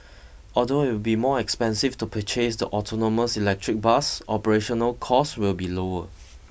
although it will be more expensive to purchase the autonomous electric bus operational cost will be lower